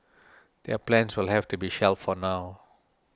their plans will have to be shelved for now